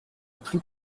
plus